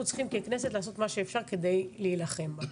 צריכים ככנסת לעשות מה שאפשר כדי להילחם בה.